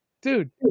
dude